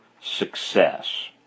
success